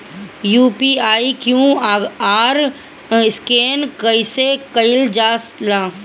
UPI QR scan कइसे कईल जा ला?